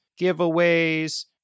giveaways